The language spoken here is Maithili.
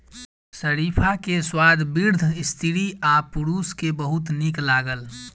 शरीफा के स्वाद वृद्ध स्त्री आ पुरुष के बहुत नीक लागल